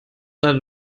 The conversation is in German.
leider